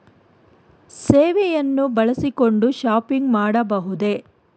ಸೇವೆಯನ್ನು ಬಳಸಿಕೊಂಡು ಶಾಪಿಂಗ್ ಮಾಡಬಹುದೇ?